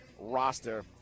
roster